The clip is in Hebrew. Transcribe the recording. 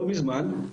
לא מזמן,